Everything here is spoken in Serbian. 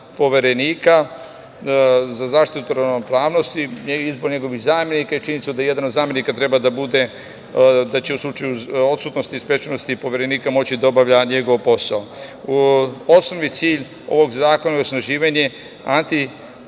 Poverenika za zaštitu ravnopravnosti, njegovog zamenika i činjenicu da jedan od zamenika treba da bude, da u slučaju odsutnosti, sprečenosti, Poverenika, moći da obavlja njegov posao. Osnovni cilj ovog zakona je osnaživanje, antidiskriminacionog